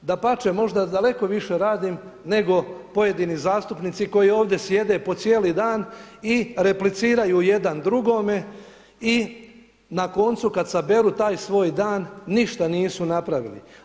Dapače, možda daleko više radim neko pojedini zastupnici koji ovdje sjede po cijeli dan i repliciraju jedan drugome i na koncu kada saberu taj svoj dan ništa nisu napravili.